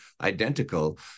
identical